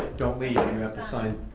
don't leave, you have to sign.